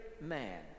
man